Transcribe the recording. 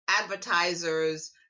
advertisers